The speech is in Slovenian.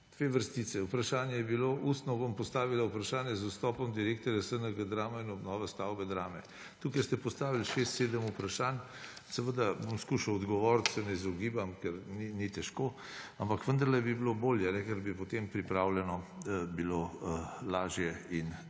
dve vrstici. Vprašanje je bilo: »Ustno bom postavila vprašanje v zvezi z odstopom direktorja SNG Drama in obnove stavbe Drame.« Tukaj ste postavili šest, sedem vprašanj. Seveda bom skušal odgovoriti, se ne izogibam, ker ni težko, ampak vendarle bi bilo bolje, ker bi bilo potem pripravljeno lažje in